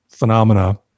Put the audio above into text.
Phenomena